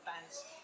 fans